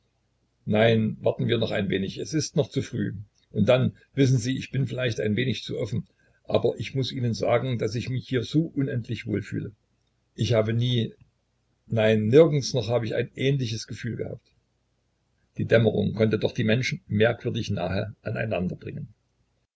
nein warten wir noch ein wenig es ist noch zu früh und dann wissen sie ich bin vielleicht ein wenig zu offen aber ich muß ihnen sagen daß ich mich hier so unendlich wohl fühle ich habe nie nein nirgends noch hab ich ein ähnliches gefühl gehabt die dämmerung konnte doch die menschen merkwürdig nahe aneinander bringen